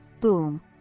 boom